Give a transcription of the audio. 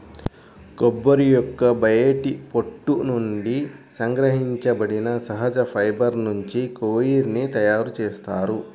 కొబ్బరి యొక్క బయటి పొట్టు నుండి సంగ్రహించబడిన సహజ ఫైబర్ నుంచి కోయిర్ ని తయారు చేస్తారు